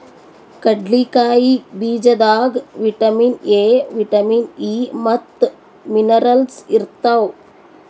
ಕಡ್ಲಿಕಾಯಿ ಬೀಜದಾಗ್ vitamin A, vitamin E ಮತ್ತ್ ಮಿನರಲ್ಸ್ ಇರ್ತವ್